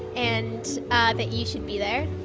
and that you should be there.